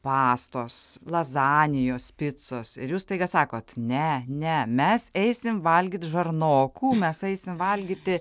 pastos lazanijos picos ir jūs staiga sakot ne ne mes eisim valgyt žarnokų mes eisim valgyti